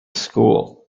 school